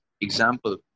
example